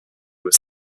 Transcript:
was